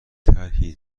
طرحی